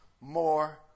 more